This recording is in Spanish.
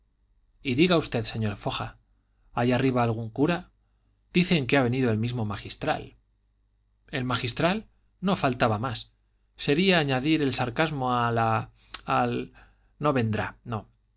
y diga usted señor foja hay arriba algún cura dicen que ha venido el mismo magistral el magistral no faltaba más sería añadir el sarcasmo a la al no vendrá no